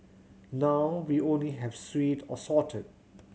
now we only have sweet or salted